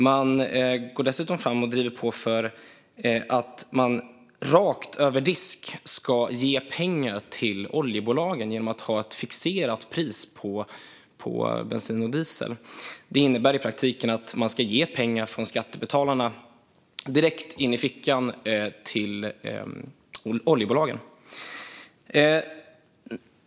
Man går dessutom fram och driver på för att rakt över disk ge pengar till oljebolagen genom att ha ett fixerat pris på bensin och diesel. Det innebär i praktiken att pengar från skattebetalarna ska gå direkt ned i oljebolagens fickor.